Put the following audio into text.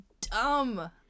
dumb